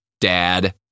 dad